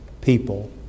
people